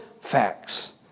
facts